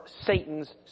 Satan's